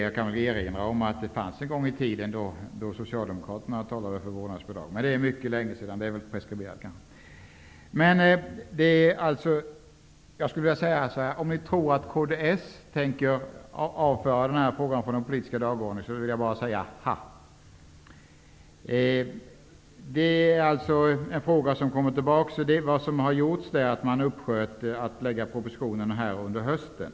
Jag kan erinra om att Socialdemokraterna en gång i tiden talade för vårdnadsbidrag. Men det är mycket länge sedan, så det är kanske preskriberat nu. Om ni tror att Kristdemokraterna tänker avföra den här frågan från den politiska dagordningen säger jag bara: Ha! Det här är alltså en fråga som kommer tillbaka. Vad man har gjort är att man har skjutit på ett framläggande av propositionen under hösten.